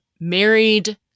married